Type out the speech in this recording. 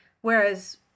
whereas